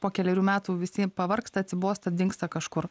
po kelerių metų visi pavargsta atsibosta dingsta kažkur